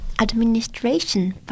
administration